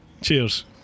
Cheers